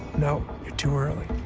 no, you're too early.